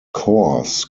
coors